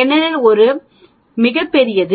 ஏனெனில் இது மிகப் பெரியது